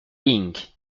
inc